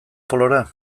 polora